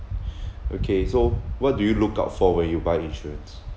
okay so what do you look out for when you buy insurance